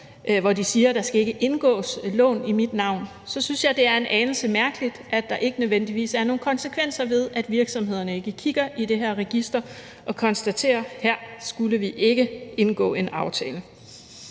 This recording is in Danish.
hvor de siger, at der ikke skal indgås et lån i deres navn, synes jeg, det er en anelse mærkeligt, at der ikke nødvendigvis er nogen konsekvenser ved, at virksomhederne ikke kigger i det her register og konstaterer: Her skulle vi ikke indgå en aftale.